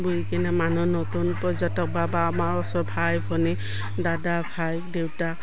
বুই কিনে মানুহ নতুন পৰ্যটক বা বা আমাৰ ওচৰ ভাই ভনী দাদা ভাই দেউতা